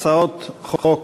הצעות חוק